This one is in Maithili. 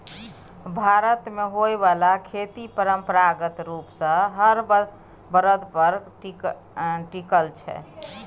भारत मे होइ बाला खेती परंपरागत रूप सँ हर बरद पर टिकल छै